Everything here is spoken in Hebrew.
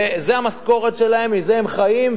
זאת המשכורת שלהם, מזה הם חיים.